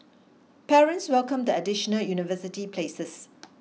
parents welcomed the additional university places